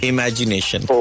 Imagination